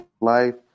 life